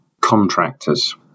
contractors